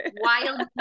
Wild